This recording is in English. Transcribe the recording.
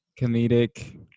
comedic